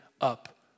up